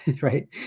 right